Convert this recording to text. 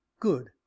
good